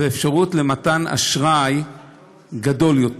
ואפשרות של מתן אשראי גדול יותר.